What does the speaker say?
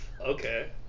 okay